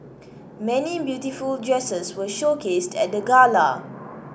many beautiful dresses were showcased at the gala